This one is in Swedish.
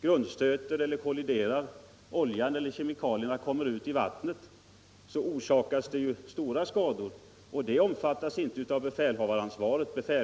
grundstöter eller kolliderar i exempelvis Mälaren och lasten kommer ut i vattnet, orsakas stora skador, vilka inte omfattas av befälhavarens ansvar.